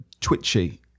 twitchy